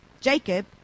Jacob